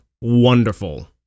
Wonderful